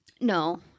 No